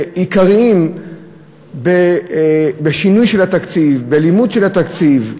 עיקריים בשינוי התקציב, בלימוד התקציב.